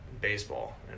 baseball